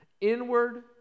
inward